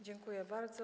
Dziękuję bardzo.